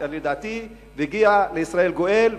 לדעתי כך יגיע לישראל גואל,